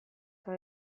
eta